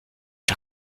der